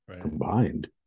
combined